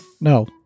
No